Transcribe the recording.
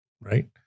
Right